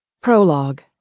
Prologue